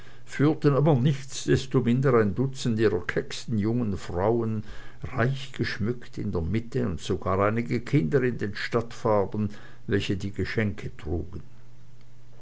führten aber nichtsdestominder ein dutzend ihrer kecksten jungen frauen reich geschmückt in der mitte und sogar einige kinder in den stadtfarben welche geschenke trugen